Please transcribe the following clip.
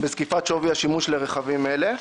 בזקיפת שווי השימוש לרכבים האלה.